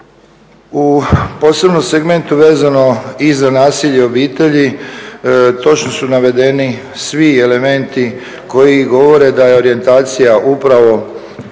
U posebnom segmentu vezano i za nasilje u obitelji točno su navedeni svi elementi koji govore da je orijentacija upravo